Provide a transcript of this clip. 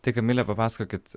tai kamile papasakokit